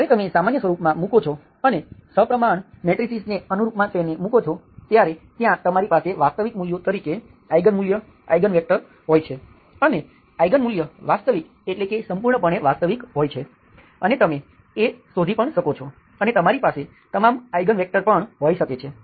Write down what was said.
જ્યારે તમે સામાન્ય સ્વરૂપમાં મૂકો છો અને સપ્રમાણ મેટ્રીસીસને અનુરૂપમાં તેને મુકો છો ત્યારે ત્યાં તમારી પાસે વાસ્તવિક મૂલ્યો તરીકે આઈગન મૂલ્ય આઈગન વેક્ટર હોય છે અને આઈગન મૂલ્ય વાસ્તવિક એટલે કે સંપૂર્ણપણે વાસ્તવિક હોય છે અને તમે એ શોધી પણ શકો છો અને તમારી પાસે તમામ આઈગન વેક્ટર પણ હોઈ શકે છે